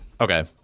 Okay